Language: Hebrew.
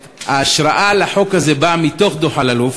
ושההשראה לחוק הזה באה מתוך דוח אלאלוף.